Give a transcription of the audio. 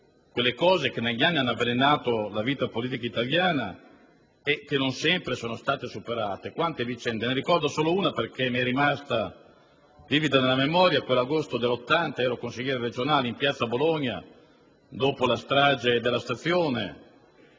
quelle che negli anni hanno avvelenato la vita politica italiana e non sempre sono state superate. Quante vicende! Ne ricordo solo una, perché mi è rimasta vivida nella memoria: quell'agosto del 1980 - ero consigliere regionale - in piazza, a Bologna, dopo la strage della stazione,